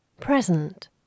Present